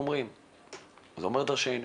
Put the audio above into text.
זה אומר דרשני.